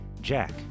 Jack